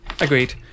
Agreed